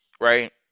right